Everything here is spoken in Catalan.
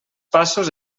passos